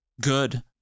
good